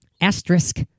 Asterisk